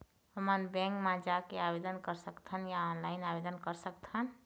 हमन बैंक मा जाके आवेदन कर सकथन या ऑनलाइन आवेदन कर सकथन?